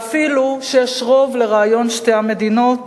ואפילו שיש רוב לרעיון שתי המדינות,